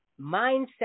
mindset